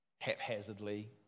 haphazardly